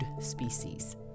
species